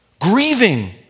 grieving